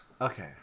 Okay